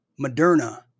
Moderna